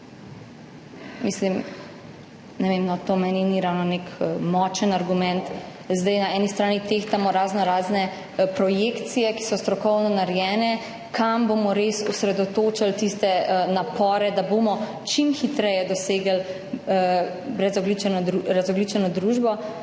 Ne vem, no, to meni ni ravno nek močen argument. Na eni strani tehtamo raznorazne projekcije, ki so narejene strokovno, kam bomo res osredotočili tiste napore, da bomo čim hitreje dosegli razogljičeno družbo,